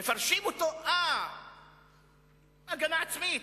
מפרשים אותו כהגנה עצמית.